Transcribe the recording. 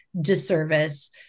disservice